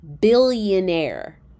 billionaire